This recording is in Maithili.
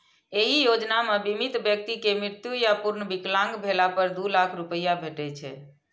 एहि योजना मे बीमित व्यक्ति के मृत्यु या पूर्ण विकलांग भेला पर दू लाख रुपैया भेटै छै